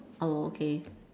oh okay